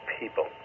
people